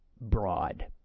broad